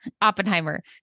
Oppenheimer